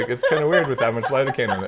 it's gone away, with that much lidocaine